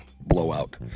blowout